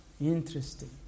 Interesting